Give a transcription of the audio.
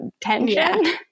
tension